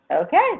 Okay